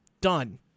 done